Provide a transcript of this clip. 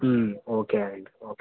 okay అండి okay